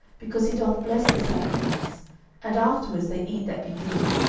because he doth bless the sacrifice and afterwards they eat that be bidden.